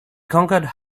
conquered